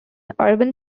urban